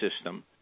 system